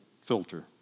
filter